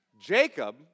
Jacob